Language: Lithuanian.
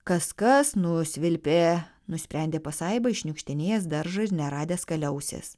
kaskas nusvilpė nusprendė pasaiba iššniukštinėjęs daržą ir neradęs kaliausės